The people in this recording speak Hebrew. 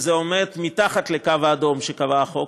וזה מתחת לקו האדום שקבע החוק,